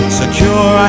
secure